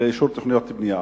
לאישור תוכניות הבנייה.